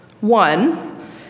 One